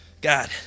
God